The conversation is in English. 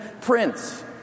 prince